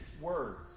words